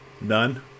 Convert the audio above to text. None